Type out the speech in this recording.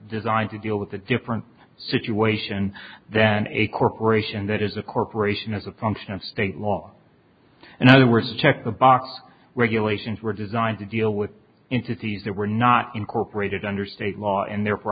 designed to deal with a different situation than a corporation that is a corporation is a puncture of state law and the worst check the box regulations were designed to deal with entities that were not incorporated under state law and therefore